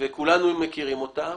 וכולנו מכירים אותן,